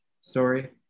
story